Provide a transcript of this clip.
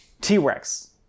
T-Rex